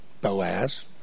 Boaz